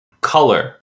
color